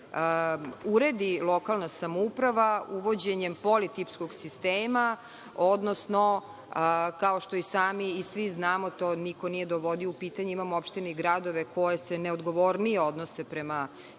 uredi lokalna samouprava uvođenjem politipskog sistema, odnosno kao što i sami svi znamo, to niko nije dovodio u pitanje, imamo opštine i gradove koji se neodgovornije odnose prema